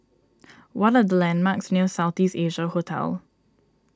what are the landmarks near South East Asia Hotel